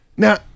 Now